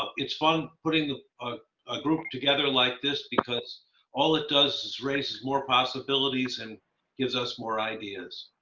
it's fun putting a ah ah group together like this because all it does is raises more possibilities and gives us more ideas.